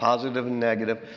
positive and negative.